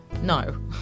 No